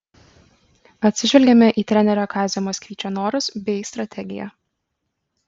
atsižvelgėme į trenerio kazio maksvyčio norus bei strategiją